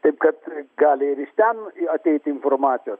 taip kad gali ir iš ten ateiti informacijos